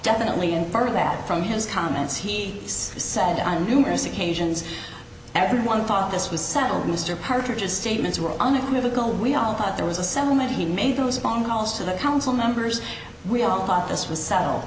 definitely and part of that from his comments he said i'm numerous occasions everyone thought this was settled mr parcher just statements were unequivocal we all thought there was a settlement he made those upon calls to the council members we all thought this was settle